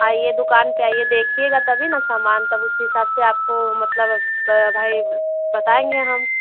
आइए दुकान पर आइए देखिएगा तब ही ना सामान तब उस हिसाब से आपको मतलब भाई बताएँ गे हम